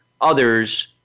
others